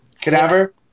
Cadaver